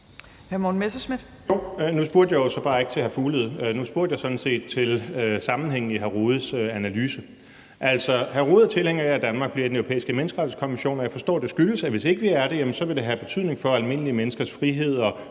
jo så bare ikke til hr. Mads Fuglede, nu spurgte jeg sådan set til sammenhængen i hr. Jens Rohdes analyse. Hr. Jens Rohde er tilhænger af, at Danmark bliver i Den Europæiske Menneskerettighedskonvention, og jeg forstår, at det skyldes, at hvis ikke vi er det, vil det have betydning for almindelige menneskers frihed og